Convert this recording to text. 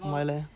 why ley